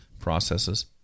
processes